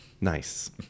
nice